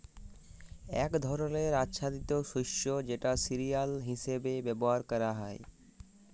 এক ধরলের আচ্ছাদিত শস্য যেটা সিরিয়াল হিসেবে ব্যবহার ক্যরা হ্যয়